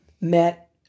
met